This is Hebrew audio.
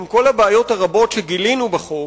שעם כל הבעיות הרבות שגילינו בחוק,